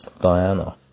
Diana